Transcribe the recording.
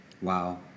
Wow